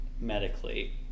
medically